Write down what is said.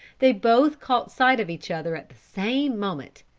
they both caught sight of each other at the same moment,